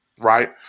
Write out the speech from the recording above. right